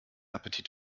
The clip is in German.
appetit